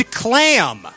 clam